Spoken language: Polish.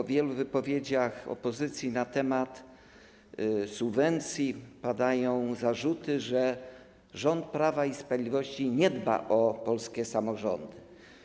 W wielu wypowiedziach opozycji na temat subwencji padają zarzuty, że rząd Prawa i Sprawiedliwości nie dba o polskie samorządy.